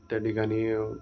त्या ठिकाणी